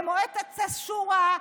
למועצת השורא,